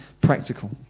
practical